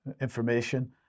information